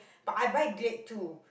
but I buy Glade too